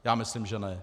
Já myslím, že ne.